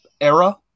era